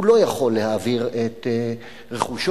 הוא לא יכול להעביר את רכושו,